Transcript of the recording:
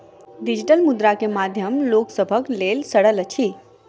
digital मुद्रा के माध्यम लोक सभक लेल सरल अछि